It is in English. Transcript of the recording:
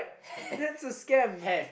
have